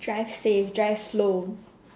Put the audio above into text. drive safe drive slow